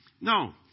No